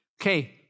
Okay